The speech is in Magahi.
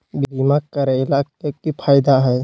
बीमा करैला के की फायदा है?